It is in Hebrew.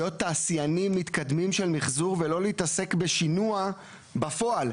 להיות תעשיינים מתקדמים של מחזור ולא להתעסק בשינוע בפועל.